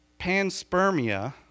panspermia